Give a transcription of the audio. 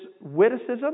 witticism